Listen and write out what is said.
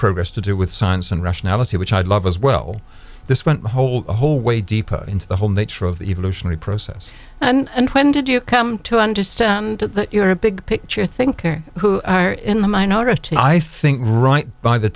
progress to do with science and rationality which i'd love as well this went whole a whole way deeper into the whole nature of the evolutionary process and when did you come to understand that you're a big picture thinker who are in the minority i think right by the